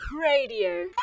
Radio